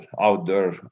outdoor